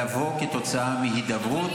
לבוא כתוצאה מהידברות